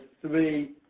three